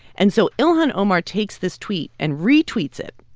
and so ilhan omar takes this tweet and retweets it.